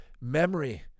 memory